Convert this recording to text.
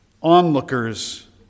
onlookers